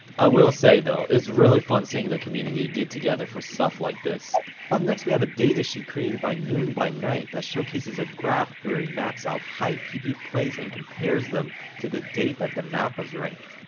i will say though. it's really fun seeing the community get together for stuff like this next we have a datasheet created by noonbynight that showcases a graph where he maps out high pp plays and compares them to the date that the map was ranked.